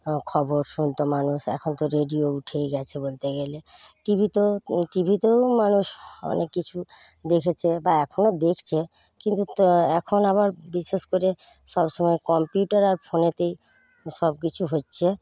খবর শুনত মানুষ এখন তো রেডিয়ো উঠেই গেছে বলতে গেলে টিভি তো টিভিতেও মানুষ অনেক কিছু দেখেছে বা এখনও দেখছে কিন্তু এখন আবার বিশেষ করে সবসময় কম্পিউটার আর ফোনেতেই সবকিছু হচ্ছে